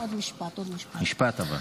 עוד משפט, עוד משפט.